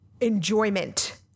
enjoyment